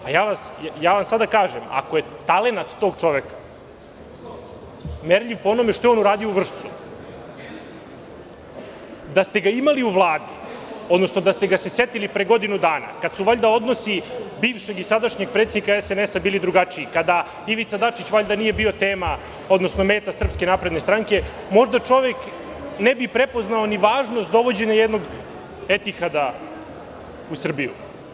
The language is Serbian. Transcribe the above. Ja vam sada kažem, ako je talenat tog čoveka merljiv po onome što je on uradio u Vršcu, da ste ga imali u Vladi, odnosno da ste ga se setili pre godinu dana, kada su valjda odnosi bivšeg i sadašnjeg predsednika SNS bili drugačiji, kada Ivica Dačić valjda nije bio meta SNS, možda čovek ne bi prepoznao ni važnost dovođenja jednog „Etihada“ u Srbiju.